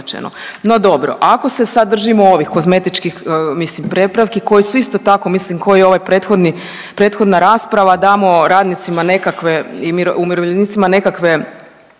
No dobro. Ako se sad držimo ovih kozmetičkih prepravki koje su isto tako mislim ko i ovaj prethodna rasprava damo radnicima nekakve i umirovljenicima nekakve